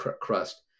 crust